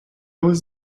was